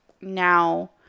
now